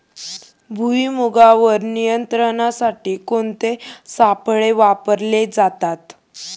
भुईमुगावर नियंत्रणासाठी कोणते सापळे वापरले जातात?